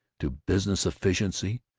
to business efficiency.